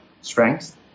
strengths